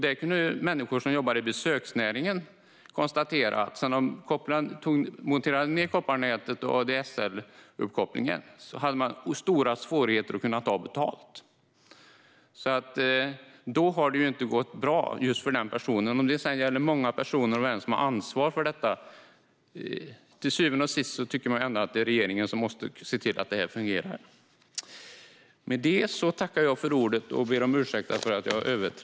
Där kunde människor som jobbar i besöksnäringen konstatera att man sedan kopparnätet och ADSL monterades ned hade stora svårigheter med att ta betalt. Då har det inte gått bra. Detta kan gälla många människor, och vem är det som har ansvar för det? Till syvende och sist är det ändå regeringen som måste se till att detta fungerar.